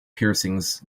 piercings